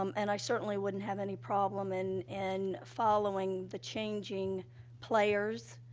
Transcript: um and i certainly wouldn't have any problem in in following the changing players,